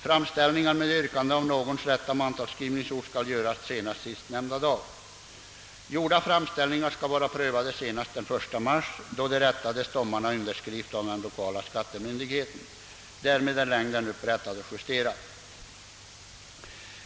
Framställningar med yrkanden om fastställande av någon persons rätta mantalsskrivningsort skall göras senast den 5 februari, och framställningarna skall vara prövade senast den 1 mars, då de rättade stommarna underskrives av den lokala skattemyndigheten. Därmed är längden upprättad och justerad.